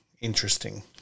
interesting